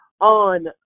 on